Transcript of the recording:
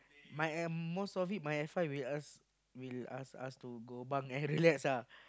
my uh most of it my alpha will ask will ask us to go bunk and relax lah